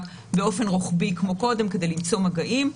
באופן רוחבי כמו קודם כדי למצוא מגעים,